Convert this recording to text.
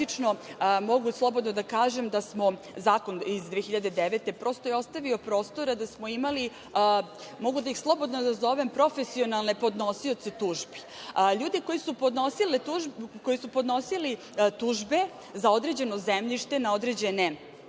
da smo zakon iz 2009. godine, prosto je ostavio prostora da smo imali, mogu slobodno da ih nazovem profesionalne podnosioce tužbi, ljude koji su podnosili tužbe za određeno zemljište na određene